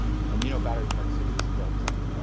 and, you know, battery park city was built on